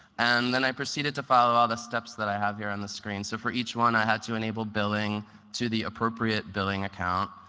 and then i proceeded to follow all the steps that i have here on this screen. so for each one i had to enable billing to the appropriate billing account.